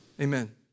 Amen